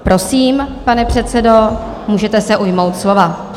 Prosím, pane předsedo, můžete se ujmout slova.